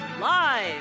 Live